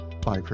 Bye